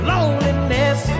Loneliness